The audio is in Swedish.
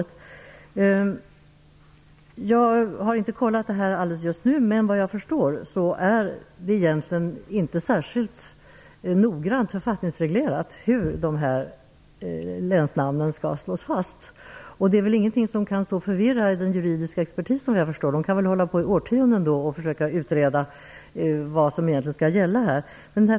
Jag har inte kollat detta just nu, men vad jag förstår är det egentligen inte särskilt noggrant författningsreglerat hur länsnamnen skall slås fast. Det finns väl ingenting som kan förvirra som den juridiska expertisen. De kan nog hålla på i årtionden med att försöka utreda vad som egentligen skall gälla här.